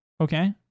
Okay